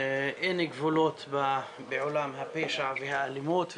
אין גבולות בעולם הפשע והאלימות,